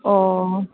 अ